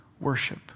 worship